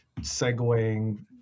segueing